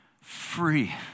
free